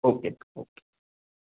okay okay